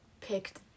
picked